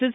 S